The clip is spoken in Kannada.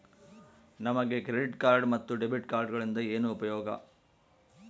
ನಮಗೆ ಕ್ರೆಡಿಟ್ ಕಾರ್ಡ್ ಮತ್ತು ಡೆಬಿಟ್ ಕಾರ್ಡುಗಳಿಂದ ಏನು ಉಪಯೋಗ?